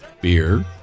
Beer